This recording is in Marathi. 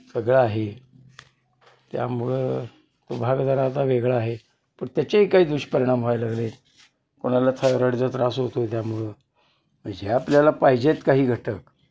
सगळं आहे त्यामुळं तो भाग जरा आता वेगळा आहे पण त्याचेही काही दुष्परिणाम व्हायला लागले आहेत कोणाला थायरॉईडचा त्रास होतो आहे त्यामुळं मग जे आपल्याला पाहिजेत काही घटक